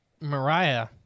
mariah